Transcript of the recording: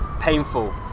Painful